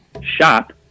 shop